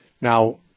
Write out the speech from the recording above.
Now